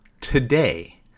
today